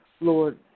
Lord